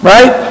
Right